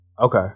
Okay